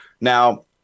Now